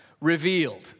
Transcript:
Revealed